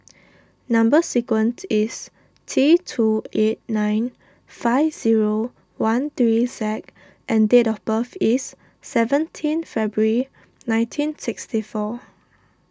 Number Sequence is T two eight nine five zero one three Z and date of birth is seventeen February nineteen sixty four